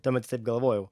tuomet taip galvojau